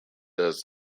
does